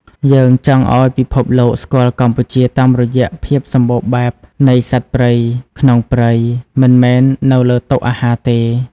យើងចង់ឱ្យពិភពលោកស្គាល់កម្ពុជាតាមរយៈភាពសំបូរបែបនៃសត្វព្រៃក្នុងព្រៃ មិនមែននៅលើតុអាហារទេ។